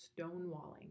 stonewalling